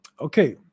Okay